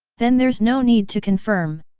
then there's no need to confirm.